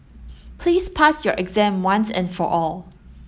please pass your exam once and for all